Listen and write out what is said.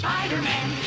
Spider-Man